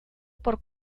por